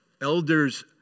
Elders